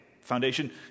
foundation